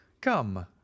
come